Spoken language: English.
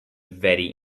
very